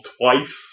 twice